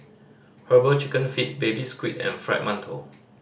Herbal Chicken Feet Baby Squid and Fried Mantou